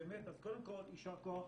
קודם כול יישר כוח